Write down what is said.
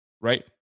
right